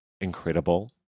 incredible